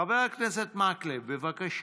חבר הכנסת מקלב, בבקשה.